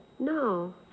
No